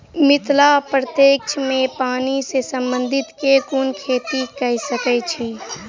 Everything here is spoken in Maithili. मिथिला प्रक्षेत्र मे पानि सऽ संबंधित केँ कुन खेती कऽ सकै छी?